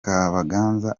kabaganza